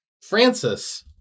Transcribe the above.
Francis